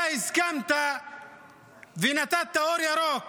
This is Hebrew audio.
אתה הסכמת ונתת אור ירוק